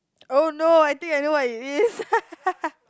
oh no I think I know what it is